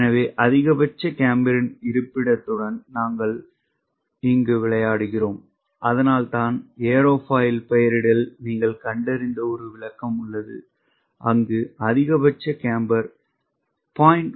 எனவே அதிகபட்ச கேம்பரின் இருப்பிடத்துடன் நாங்கள் விளையாடுகிறோம் அதனால்தான் ஏரோஃபைல் பெயரிடல் நீங்கள் கண்டறிந்த ஒரு விளக்கம் உள்ளது அங்கு அதிகபட்ச கேம்பர் 0